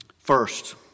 First